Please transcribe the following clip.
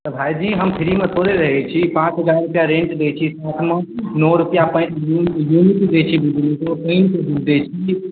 तऽ भाइजी हम फ्रीमे थोड़े रहैत छी पाँच हजार रुपआ रेन्ट दय छी तखनो नओ रुपआ पानि बिल बिल दै छी बिजलीके पानिके बिल दै छी